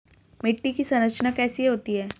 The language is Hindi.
मिट्टी की संरचना कैसे होती है?